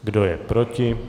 Kdo je proti?